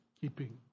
keeping